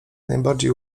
najbardziej